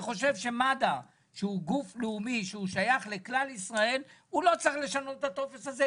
ומד"א שהוא גוף לאומי ששייך לכלל ישראל לא צריך לשנות את הטופס הזה,